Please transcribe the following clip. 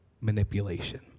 manipulation